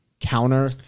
counter